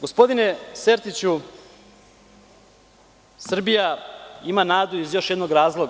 Gospodine Sertiću, Srbija ima nadu iz još jednog razloga.